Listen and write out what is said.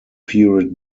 period